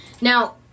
Now